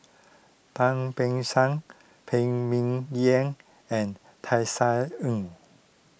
Tan Beng Phan Ming Yen and Tisa Ng